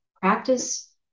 practice